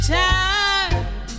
time